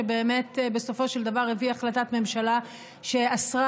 שבאמת בסופו של דבר הביא החלטת ממשלה שאסרה